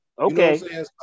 Okay